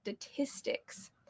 statistics